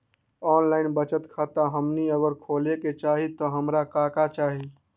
Online बचत खाता हमनी अगर खोले के चाहि त हमरा का का चाहि?